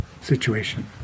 situation